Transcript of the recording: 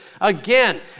again